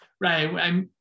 Right